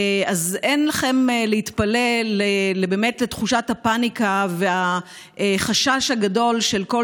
אין לכם מה להתפלא על תחושת הפניקה והחשש הגדול של כל